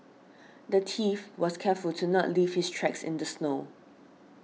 the thief was careful to not leave his tracks in the snow